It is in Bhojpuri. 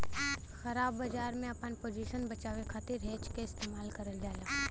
ख़राब बाजार में आपन पोजीशन बचावे खातिर हेज क इस्तेमाल करल जाला